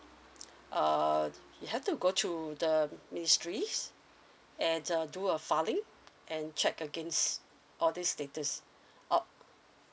uh you have to go through the ministries and uh do a filing and check against all these status or